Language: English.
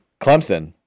Clemson